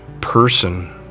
person